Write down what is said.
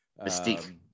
Mystique